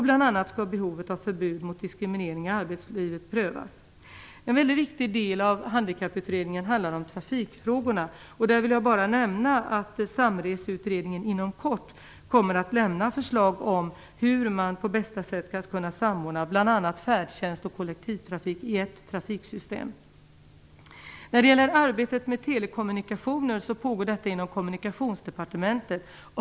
Bl.a. skall behovet av förbud mot diskriminering i arbetslivet prövas. En väldigt viktig del av Handikapputredningen handlar om trafikfrågorna. Jag vill bara nämna att Samreseutredningen inom kort kommer att lämna förslag om hur man på bästa sätt skall kunna samordna bl.a. färdtjänst och kollektivtrafik i ett trafiksystem. Arbetet med telekommunikationer pågår inom Kommunikationsdepartementet.